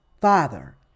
Father